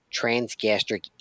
transgastric